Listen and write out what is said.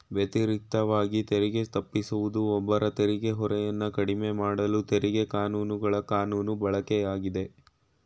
ವ್ಯತಿರಿಕ್ತವಾಗಿ ತೆರಿಗೆ ತಪ್ಪಿಸುವುದು ಒಬ್ಬರ ತೆರಿಗೆ ಹೊರೆಯನ್ನ ಕಡಿಮೆಮಾಡಲು ತೆರಿಗೆ ಕಾನೂನುಗಳ ಕಾನೂನು ಬಳಕೆಯಾಗಿದೆ